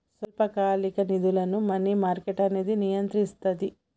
స్వల్పకాలిక నిధులను money market అనేది నియంత్రిస్తది